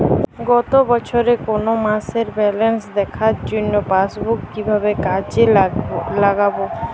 গত বছরের কোনো মাসের ব্যালেন্স দেখার জন্য পাসবুক কীভাবে কাজে লাগাব?